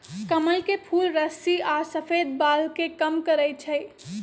कमल के फूल रुस्सी आ सफेद बाल के कम करई छई